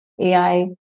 AI